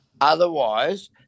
Otherwise